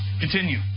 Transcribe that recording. Continue